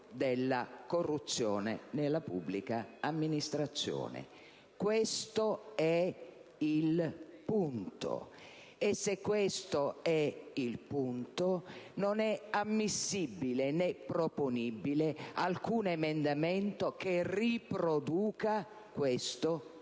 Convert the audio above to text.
Questo è il punto. E, se questo è il punto, non è ammissibile né proponibile alcun emendamento che riproduca questo sistema.